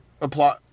apply